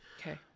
Okay